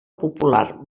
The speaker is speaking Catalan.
popular